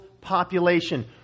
population